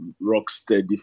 rock-steady